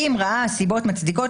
אם ראה סיבות מצדיקות,